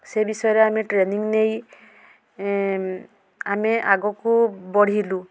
ସେ ବିଷୟରେ ଆମେ ଟ୍ରେନିଂ ନେଇ ଆମେ ଆଗକୁ ବଢ଼ିଲୁ